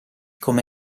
come